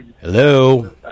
Hello